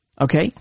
Okay